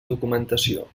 documentació